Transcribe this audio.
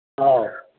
ꯑꯧ